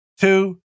Two